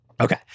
Okay